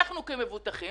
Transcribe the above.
אנחנו כמבוטחים